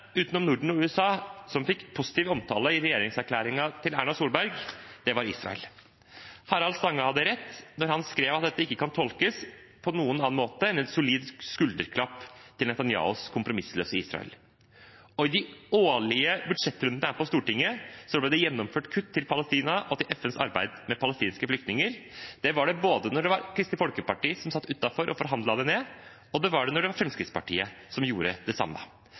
utenom Norden og USA som fikk positiv omtale i regjeringserklæringen til Erna Solberg, var Israel. Harald Stanghelle hadde rett da han skrev at dette ikke kan tolkes på noen annen måte enn «et solid skulderklapp til Benjamin Netanyahus kompromissløse Israel». I de årlige budsjettrundene her på Stortinget ble det gjennomført kutt til Palestina og til FNs arbeid med palestinske flyktninger, både da Kristelig Folkeparti satt utenfor og forhandlet det ned, og da Fremskrittspartiet gjorde det samme. I dagens budsjett skjer det